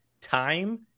time